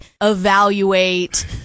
evaluate